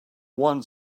one